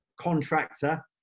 contractor